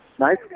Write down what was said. Nice